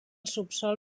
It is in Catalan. subsòl